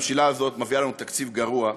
הממשלה הזאת מביאה לנו תקציב גרוע,